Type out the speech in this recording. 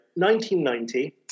1990